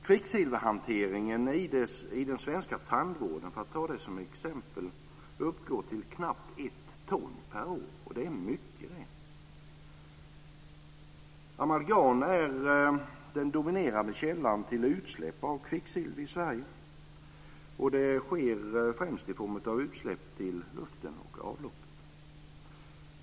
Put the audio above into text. Kvicksilverhanteringen i den svenska tandvården, för att ta det som exempel, uppgår till knappt 1 ton per år. Det är mycket det. Amalgam är den dominerande källan till utsläpp av kvicksilver i Sverige. Det sker främst i form av utsläpp till luften och avloppet.